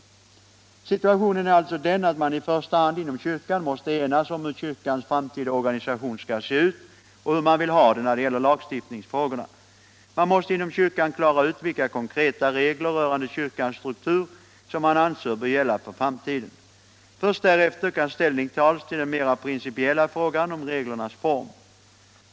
Situationen är alltså den att man i första hand inom kyrkan måste enas om hur kyrkans framtida organisation skall se ut och hur man vill ha det när det gäller lagstiftningsfrågan. Man måste inom kyrkan klara ut vilka konkreta regler rörande kyrkans struktur som man anser bör gälla för framtiden. Först därefter kan ställning tas till den mer principiella frågan om reglernas form.